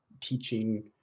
teaching